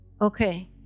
Okay